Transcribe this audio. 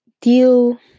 deal